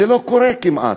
זה לא קורה כמעט.